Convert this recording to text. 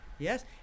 Yes